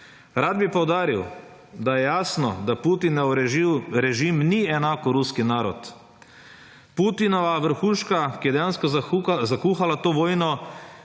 Rad bi poudaril, da je jasno, da Putinov režim ni enako ruski narod. Putinova vrhuška, ki je dejansko zakuhala to vojno,